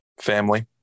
family